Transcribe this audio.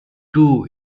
two